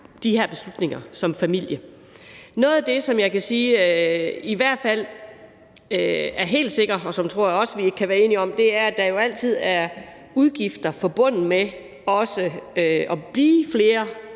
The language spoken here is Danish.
de her beslutninger som familie. Noget af det, som jeg kan sige i hvert fald er helt sikkert, og som jeg også tror vi kan være enige om, er, at der jo altid er udgifter forbundet med at blive flere